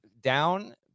down